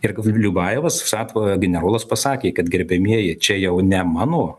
ir gal liubajevas vsato generolas pasakė kad gerbiamieji čia jau ne mano